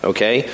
Okay